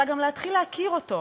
אלא גם להתחיל להכיר אותו.